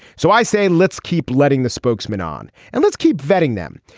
so i say let's keep letting the spokesmen on and let's keep vetting them.